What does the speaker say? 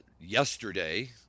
yesterday